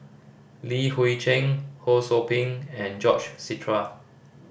Li Hui Cheng Ho Sou Ping and George